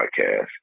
podcast